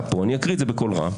יש לי את זה כאן.